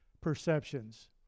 perceptions